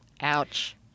Ouch